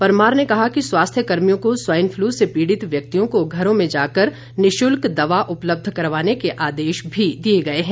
परमार ने कहा कि स्वास्थ्य कर्मियों को स्वाइन फ्लू से पीड़ित व्यक्तियों को घरों में जाकर निःशुल्क दवा उपलब्ध करवाने के आदेश भी दिए गए है